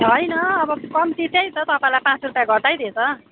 होइन अब कम्ती त्यही त तपाईँलाई पाँच रुपियाँ घटाइ दिएँ त